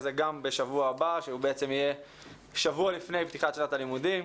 כזה גם בשבוע הבא שהוא יהיה שבוע לפני פתיחת שנת הלימודים.